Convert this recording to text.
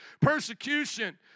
Persecution